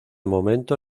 momento